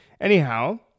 Anyhow